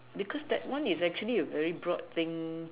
because that one is actually a very broad thing